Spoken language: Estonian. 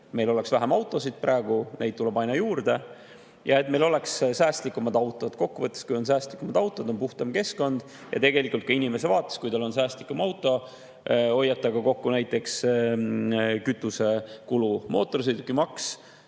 oleks vähem autosid – praegu neid tuleb ju aina juurde – ja et oleks säästlikumad autod. Kokkuvõttes: kui on säästlikumad autod, siis on puhtam keskkond. Tegelikult ka inimese vaates: kui tal on säästlikum auto, siis ta hoiab kokku näiteks kütusekulu. Mootorsõidukimaks